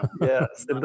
yes